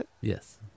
Yes